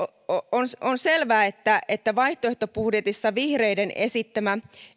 on on selvää että että vaihtoehtobudjetissa vihreiden esittämä